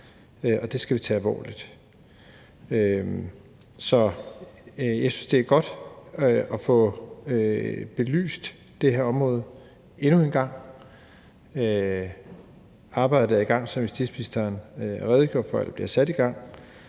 og det skal vi tage alvorligt. Så jeg synes, det er godt at få belyst det her område endnu en gang. Arbejdet bliver sat i gang, som justitsministeren redegjorde for. Og